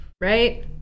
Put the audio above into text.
right